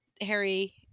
Harry